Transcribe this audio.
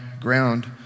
ground